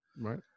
Right